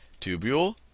tubule